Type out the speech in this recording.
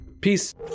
Peace